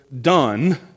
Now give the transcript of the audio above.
done